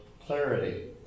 Clarity